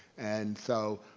and so,